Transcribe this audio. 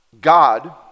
God